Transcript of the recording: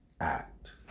Act